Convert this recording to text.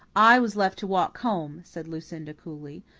i was left to walk home, said lucinda coolly.